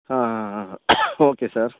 ah ah ah ah okay sir